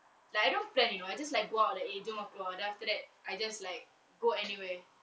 like I don't plan you know I just like go out like eh jom keluar then after that I just like go anywhere